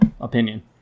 opinion